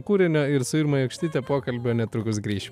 kūrinio ir su irma jokštyte pokalbio netrukus grįšiu